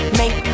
make